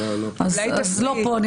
אז לא פה.